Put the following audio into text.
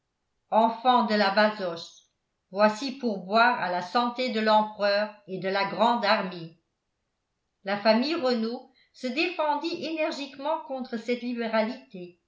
enfants de la basoche voici pour boire à la santé de l'empereur et de la grande armée la famille renault se défendit énergiquement contre cette libéralité